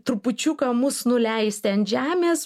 trupučiuką mus nuleisti ant žemės